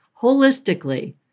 holistically